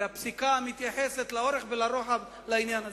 הפסיקה מתייחסת לאורך ולרוחב לעניין הזה.